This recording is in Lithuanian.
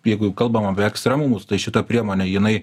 jeigu kalbam apie ekstremumus tai šita priemonė jinai